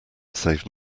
save